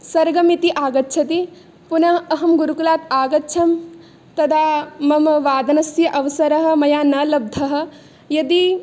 सर्गम् इति आगच्छति पुनः अहं गुरुकुलात् आगच्छम् तदा मम वादनस्य अवसरः मया न लब्धः यदि